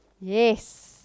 Yes